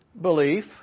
belief